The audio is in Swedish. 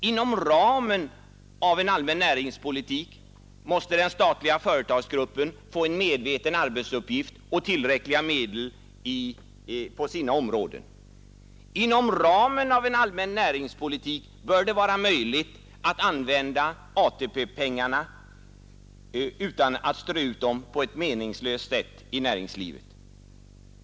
Inom ramen för en allmän näringspolitik måste den statliga företagsgruppen få en medveten arbetsuppgift och tillräckliga medel på sina verksamhetsområden. Inom ramen för en allmän näringspolitik bör det vara möjligt att använda AP-pengarna i näringslivet utan att strö ut dem på ett meningslöst sätt.